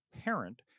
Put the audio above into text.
parent